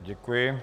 Děkuji.